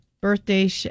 birthday